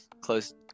Close